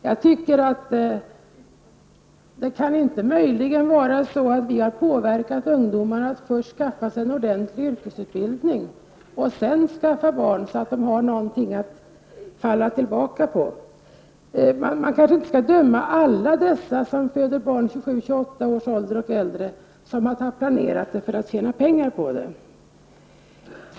Kan det inte möjligen vara så att vi har påverkat ungdomarna att först skaffa sig en ordentlig yrkesutbildning och sedan skaffa barn, så att de har någonting att falla tillbaka på? Man kanske inte skall döma alla som föder barn vid 27--28-års ålder och senare som sådana som har planerat det för att tjäna pengar på det.